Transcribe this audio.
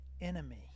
enemy